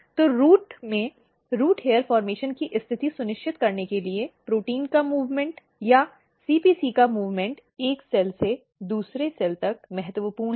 तो रूट में root hair formation की स्थिति सुनिश्चित करने के लिए प्रोटीन का मूवमेंट या CPC का मूवमेंट एक कोशिका से दूसरी कोशिका तक महत्वपूर्ण है